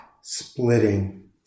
splitting